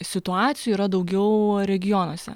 situacijų yra daugiau regionuose